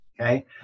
okay